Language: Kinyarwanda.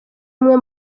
umwe